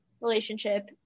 Relationship